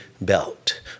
belt